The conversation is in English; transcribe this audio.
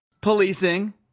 policing